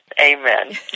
Amen